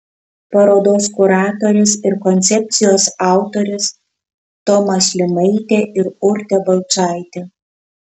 parodos kuratorės ir koncepcijos autorės toma šlimaitė ir urtė balčaitė